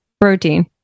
protein